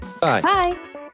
Bye